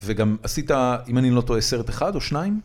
וגם עשית, אם אני לא טועה, סרט אחד או שניים?